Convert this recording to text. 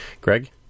Greg